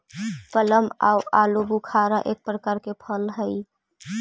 plum आउ आलूबुखारा एक प्रकार के फल हई